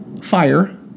Fire